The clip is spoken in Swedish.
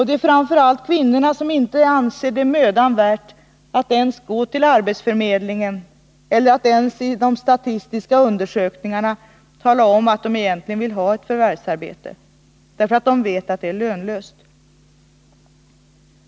Det är framför allt kvinnorna som inte anser det mödan värt att ens gå till arbetsförmedlingen eller att i statistiska undersökningar uppge att de egentligen vill ha ett förvärvsarbete. De vet att det är lönlöst.